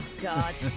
God